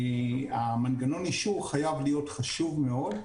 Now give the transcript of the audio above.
מנגנון האישור חייב להיות חשוב מאוד,